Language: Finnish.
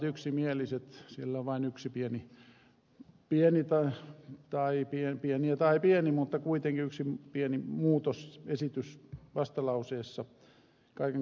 siellä on vain yksi pieni tai pieni ja pieni mutta kuitenkin yksi pieni muutosesitys vastalauseessa kaiken kaikkiaan